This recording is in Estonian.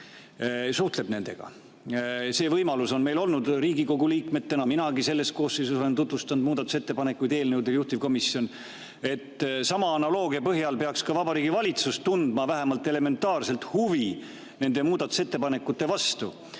suhtleb nendega. See võimalus on meil Riigikogu liikmetena olnud. Minagi selles koosseisus olen tutvustanud muudatusettepanekuid eelnõude kohta. Sama analoogia põhjal peaks ka Vabariigi Valitsus tundma vähemalt elementaarset huvi nende muudatusettepanekute vastu.